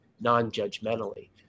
non-judgmentally